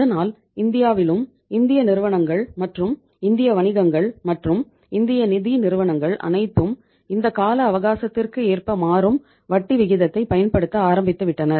அதனால் இந்தியாவிலும் இந்திய நிறுவனங்கள் மற்றும் இந்திய வணிகங்கள் மற்றும் இந்திய நிதி நிறுவனங்கள் அனைத்தும் இந்த கால அவகாசத்திற்கு ஏற்ப மாறும் வட்டி விகிதத்தை பயன்படுத்த ஆரம்பித்துவிட்டனர்